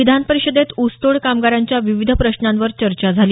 विधान परिषदेत ऊसतोड कामगारांच्या विविध प्रश्नांवर चर्चा झाली